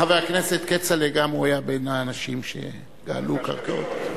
חבר הכנסת כצל'ה גם הוא היה בין האנשים שגאלו קרקעות.